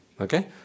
okay